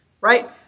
right